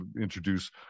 introduce